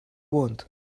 want